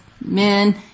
men